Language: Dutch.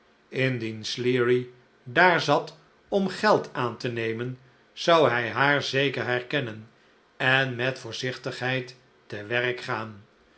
indien sleary daar zat om geld aan te nemen zou hi haar zeker herkennen en met voorzichtigheid te werk gaan